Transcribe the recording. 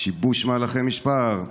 שיבוש מהלכי משפט,